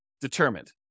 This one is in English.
determined